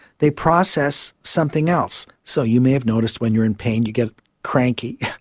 they process something else. so you may have noticed when you are in pain you get cranky,